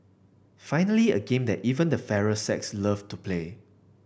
finally a game that even the fairer sex loved to play